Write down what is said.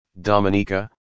Dominica